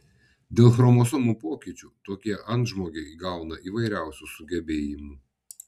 dėl chromosomų pokyčių tokie antžmogiai įgauna įvairiausių sugebėjimų